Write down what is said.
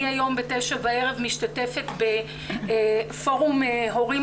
אני היום ב-9:00 בערב משתתפת בפורום הורים